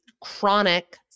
chronic